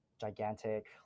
gigantic